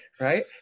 right